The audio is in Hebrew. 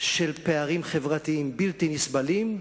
של פערים חברתיים בלתי נסבלים,